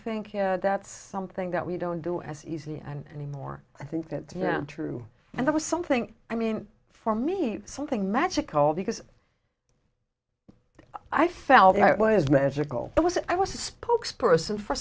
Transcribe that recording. think that's something that we don't do as easily and anymore i think that's not true and that was something i mean for me something magical because i felt it was magical it was i was a spokesperson for